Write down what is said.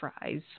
fries